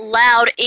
loud